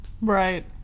Right